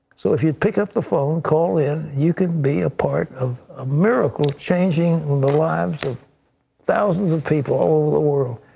so if you pick up the phone, call in, you can be a part of a miracle changing in the lives of thousands of people all over the world.